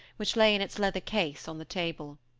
which lay in its leather case on the table.